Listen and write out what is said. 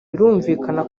birumvikana